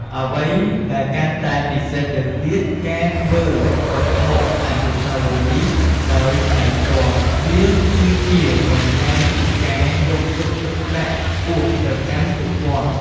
អ្វីដែលកាន់តែពិសេសទៅទៀត ការធ្វើវត្ថុអនុស្សាវរីយ៍ដោយដៃផ្ទាល់ វាគឺជាបង្ហាញពីការយកចិត្តទុកដាក់ខ្ពស់ទៅកាន់ពួកគាត់។